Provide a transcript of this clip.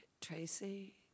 Tracy